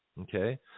Okay